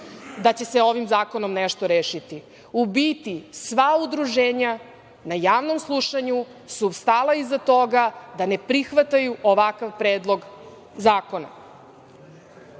da će se ovim zakonom nešto rešiti. U biti, sva udruženja na javnom slušanju su stala iza toga da ne prihvataju ovakav predlog zakona. Ovaj